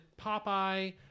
Popeye